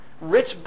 rich